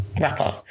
Rapper